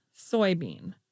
soybean